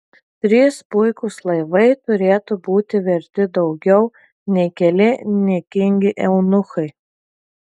trys puikūs laivai turėtų būti verti daugiau nei keli niekingi eunuchai